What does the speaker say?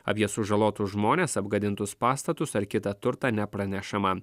apie sužalotus žmones apgadintus pastatus ar kitą turtą nepranešama